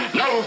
no